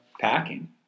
packing